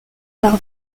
par